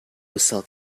self